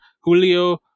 julio